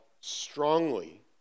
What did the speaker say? strongly